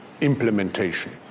implementation